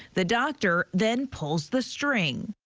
the doctor then pulls the string.